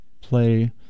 play